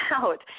out